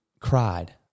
cried